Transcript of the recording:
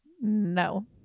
no